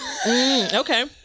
Okay